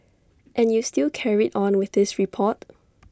and you still carried on with this report